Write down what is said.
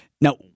Now